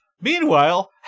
Meanwhile